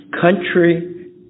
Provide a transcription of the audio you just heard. country